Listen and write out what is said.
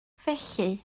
felly